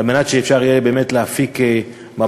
על מנת שאפשר יהיה באמת להפיק מהבחורים